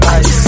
ice